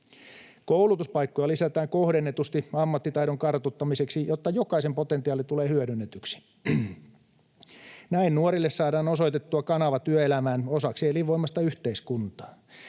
Koulutuspaikkoja lisätään kohdennetusti ammattitaidon kartuttamiseksi, jotta jokaisen potentiaali tulee hyödynnetyksi. Näin nuorille saadaan osoitettua kanava työelämään osaksi elinvoimaista yhteiskuntaa.